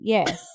Yes